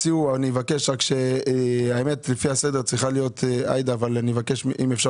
לפי הסדר צריכה לדבר עאידה תומא סלימאן אבל אני מבקש לאפשר